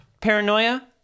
Paranoia